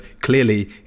clearly